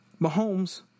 Mahomes